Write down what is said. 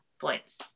points